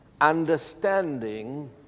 understanding